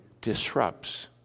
disrupts